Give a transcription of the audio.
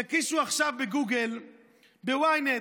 תקישו עכשיו בגוגל וב-ynet,